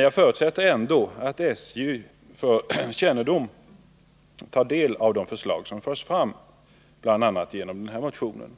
Jag förutsätter ändå att SJ för kännedom tar del av de förslag som förs fram bl.a. genom denna motion.